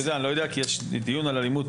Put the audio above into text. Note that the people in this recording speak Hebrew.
אני לא יודע כי יש דיון על אלימות,